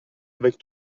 avec